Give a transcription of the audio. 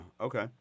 Okay